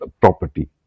property